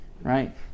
Right